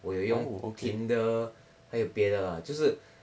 我有用 tinder 还有别的啦就是